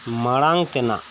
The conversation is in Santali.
ᱢᱟᱲᱟᱝ ᱛᱮᱱᱟᱜ